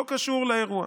לא קשור לאירוע.